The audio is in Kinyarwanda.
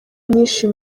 nyinshi